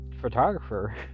photographer